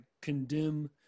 condemn